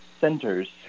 centers